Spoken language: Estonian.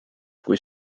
kui